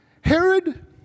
Herod